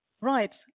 Right